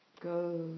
Go